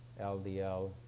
LDL